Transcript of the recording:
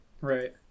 Right